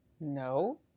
No